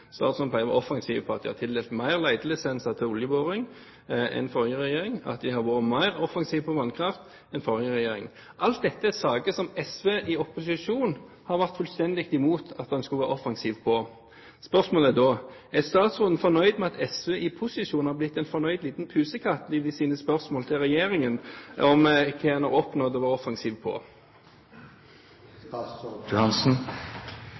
Statsråden pleier å være offensiv på at de har tildelt flere letelisenser til oljeboring enn forrige regjering, og at de har vært mer offensiv på vannkraft enn forrige regjering. Alt dette er saker som SV i opposisjon har vært fullstendig imot at en skulle være offensiv på. Spørsmålet er da: Er statsråden fornøyd med at SV i posisjon har blitt en fornøyd liten pusekatt i sine spørsmål til regjeringen om hva en har oppnådd og vært offensiv